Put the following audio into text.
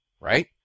right